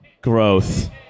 growth